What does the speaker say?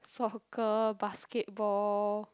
soccer basketball